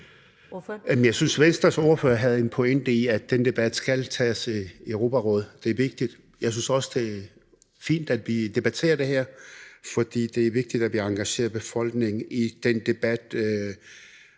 Jeg synes, Venstres ordfører havde en pointe i, at den debat skal tages i Europarådet. Det er vigtigt. Jeg synes også, det er fint, at vi debatterer det her, for det er vigtigt, at vi engagerer befolkningen i den debat.